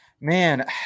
Man